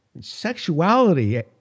sexuality